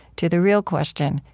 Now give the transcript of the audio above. to the real question,